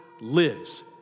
lives